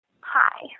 Hi